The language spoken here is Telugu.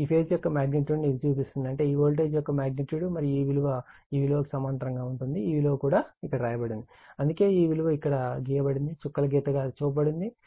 ఈ ఫేజ్ యొక్క మాగ్నిట్యూడ్ ను ఇది చూపిస్తుంది అంటే ఈ వోల్టేజ్ యొక్క మాగ్నిట్యూడ్ మరియు ఈ విలువ ఈ విలువ కు సమాంతరంగా ఉంటుంది ఈ విలువ ఇక్కడ కూడా రాయబడింది అందుకే ఈ విలువ ఇక్కడ గీయబడిందిచుక్కల గీతగా అది చూపబడింది